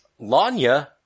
Lanya